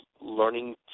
learning